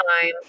time